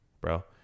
bro